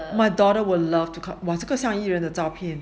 my daughters will love !wow! 这个像艺人的照片